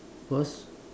first